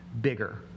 bigger